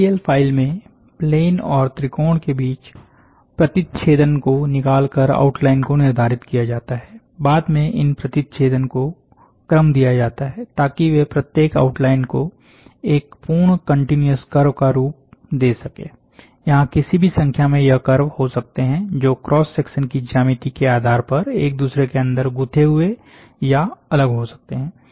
STL file में plane और त्रिकोण के बीच प्रतिच्छेदन को निकाल कर आउटलाइन को निर्धारित किया जाता है बाद मे इन प्रतिच्छेदन को क्रम दिया जाता है ताकि वे प्रत्येक आउटलाइन को एक पूर्ण कंटीन्यूअस कर्व का रूप दे सकें यहां किसी भी संख्या में यह कर्व हो सकते हैं जो क्रॉस सेक्शन की ज्यामिति के आधार पर एक दूसरे के अंदर गूंथे हुए या अलग हो सकते हैं